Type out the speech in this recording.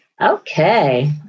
Okay